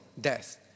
death